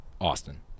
Austin